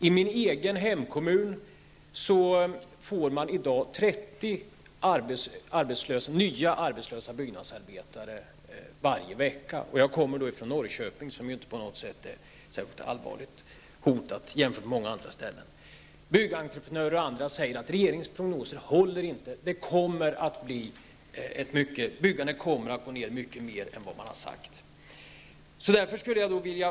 I min egen hemkommun blir 30 nya byggnadsarbetare arbetslösa varje vecka -- och jag kommer från Norrköping, som inte på något sätt är särskilt allvarligt hotat, jämfört med många andra ställen. Byggentreprenörer och andra säger att regeringens prognoser inte håller, utan att byggandet kommer att gå ned mycket mer än vad regeringen har sagt.